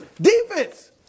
Defense –